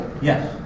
Yes